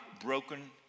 broken